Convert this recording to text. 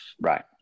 right